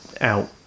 out